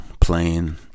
playing